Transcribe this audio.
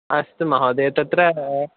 अस्तु महोदय तत्र